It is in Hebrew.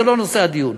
זה לא נושא הדיון.